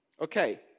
Okay